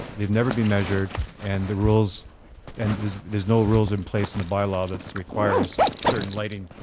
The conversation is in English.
they've never been measured and the rules and there's there's no rules in place in the bylaw that requires certain lighting